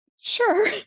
Sure